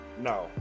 No